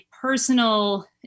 personal